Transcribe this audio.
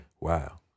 Wow